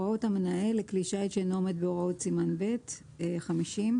"הוראות המנהל לכלי שיט שאינו עומד בהוראות סימן ב' מצא